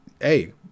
hey